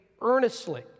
earnestly